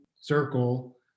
circle